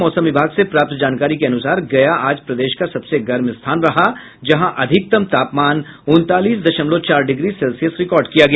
मौसम विभाग से प्राप्त जानकारी के अनुसार गया आज प्रदेश का सबसे गर्म स्थान रहा जहां अधिकतम तापमान उनतालीस दशमलव चार डिग्री सेल्सियस रिकॉर्ड किया गया